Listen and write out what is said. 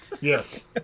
Yes